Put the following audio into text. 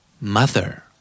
Mother